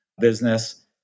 business